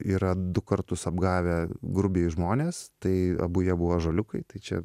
yra du kartus apgavę grubiai žmonės tai abu jie buvo ąžuoliukai tai čia